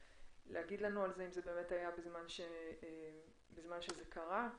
להגיד לנו האם זה באמת היה בזמן שזה קרה.